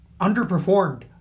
underperformed